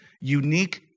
unique